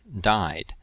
died